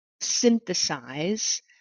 synthesize